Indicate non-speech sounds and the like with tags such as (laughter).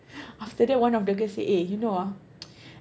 after that one of the girl say eh you know ah (noise)